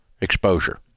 exposure